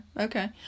okay